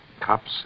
Cops